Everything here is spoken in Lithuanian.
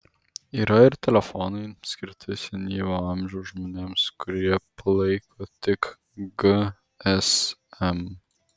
yra ir telefonai skirti senyvo amžiaus žmonėms kurie palaiko tik gsm